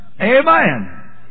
Amen